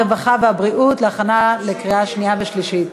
הרווחה והבריאות להכנה לקריאה שנייה ושלישית.